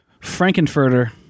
Frankenfurter